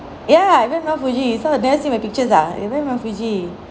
ya I went to mount fuji so you never see my pictures ah I went mount fuji